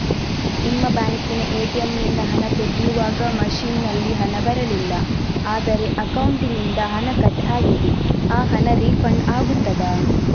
ನಿಮ್ಮ ಬ್ಯಾಂಕಿನ ಎ.ಟಿ.ಎಂ ನಿಂದ ಹಣ ತೆಗೆಯುವಾಗ ಮಷೀನ್ ನಲ್ಲಿ ಹಣ ಬರಲಿಲ್ಲ ಆದರೆ ಅಕೌಂಟಿನಿಂದ ಹಣ ಕಟ್ ಆಗಿದೆ ಆ ಹಣ ರೀಫಂಡ್ ಆಗುತ್ತದಾ?